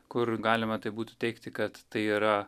kur galima tai būtų teigti kad tai yra